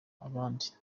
abandi